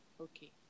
Okay